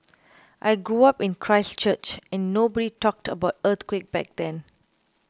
I grew up in Christchurch and nobody talked about earthquake back then